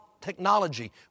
technology